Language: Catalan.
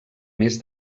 més